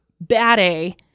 bad-a